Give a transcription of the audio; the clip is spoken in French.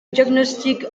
diagnostic